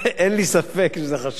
אין לי ספק שזה חשוב.